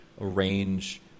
arrange